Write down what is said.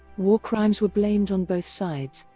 war crimes were blamed on both sides,